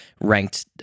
ranked